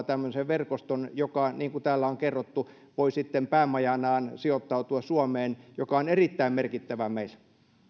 tämmöisen verkoston joka voi niin kuin täällä on kerrottu päämajansa sijoittaa suomeen mikä on erittäin merkittävää meille